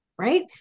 Right